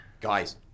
Guys